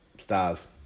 Stars